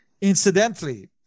Incidentally